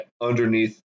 underneath